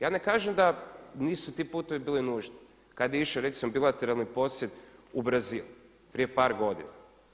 Ja ne kažem da nisu ti putevi bili nužni kada je išao recimo u bilateralni posjet u Brazil prije par godina.